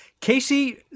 Casey